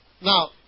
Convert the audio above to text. Now